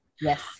Yes